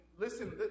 listen